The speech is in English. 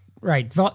right